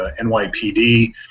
NYPD